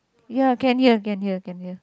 ya can hear can hear can hear